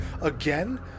again